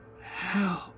Help